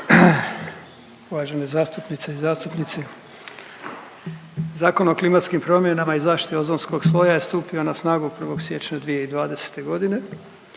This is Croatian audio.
Uvažene zastupnice i zastupnici. Zakon o klimatskim promjenama i zaštiti ozonskog sloja je stupio na snagu 1. siječnja 2020. g.